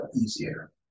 easier